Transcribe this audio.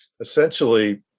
essentially